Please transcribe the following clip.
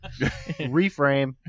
Reframe